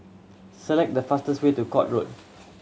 select the fastest way to Court Road